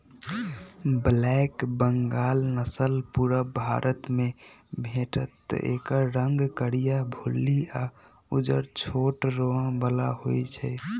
black Bengal नसल पुरुब भारतमे भेटत एकर रंग करीया, भुल्ली आ उज्जर छोट रोआ बला होइ छइ